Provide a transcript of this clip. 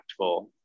impactful